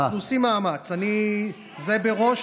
בסדר, אני אבקש את זה מטל ברגמן.